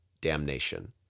damnation